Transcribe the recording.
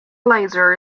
laser